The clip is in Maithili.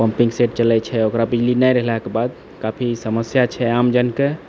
पम्पिङ्ग सेट चलै छै ओकरा बिजली नहि रहलाके बाद काफी समस्या छै आमजनके